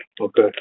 Okay